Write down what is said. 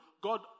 God